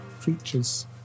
creatures